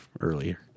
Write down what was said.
earlier